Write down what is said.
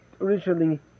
originally